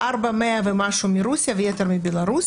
4,100 ומשהו מרוסיה והיתר מבלרוס.